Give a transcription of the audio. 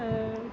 अँ